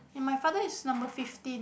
and my father is number fifteen